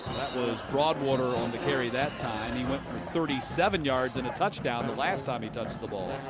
that was broadwatt ere on the carry that time. he went from thirty seven yards in the touchdown the last time he touched the ball.